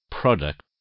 product